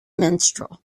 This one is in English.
minstrel